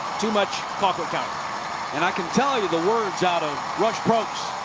too much colquitt county. and i can tell you, the words out of rush probst's